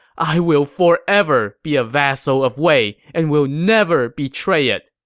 i will forever be a vassal of wei and will never betray it.